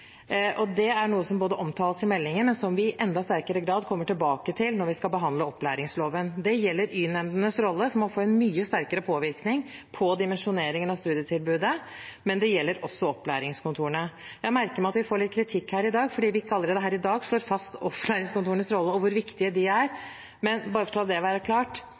Det er noe som både omtales i meldingen, og som vi i enda sterkere grad kommer tilbake til når vi skal behandle opplæringsloven. Det gjelder Y-nemndenes rolle, som må få en mye sterkere påvirkning på dimensjoneringen av studietilbudet, men det gjelder også opplæringskontorene. Jeg merker meg at vi får litt kritikk her i dag fordi vi ikke allerede her i dag slår fast opplæringskontorenes rolle og hvor viktige de er, men bare så det er klart: